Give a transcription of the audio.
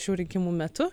šių rinkimų metu